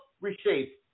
reshape